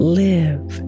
live